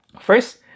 First